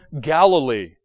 Galilee